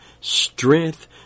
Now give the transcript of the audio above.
strength